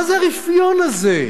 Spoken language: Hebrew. מה זה הרפיון הזה?